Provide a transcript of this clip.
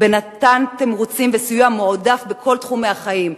במתן תמריצים וסיוע מועדף בכל תחומי החיים,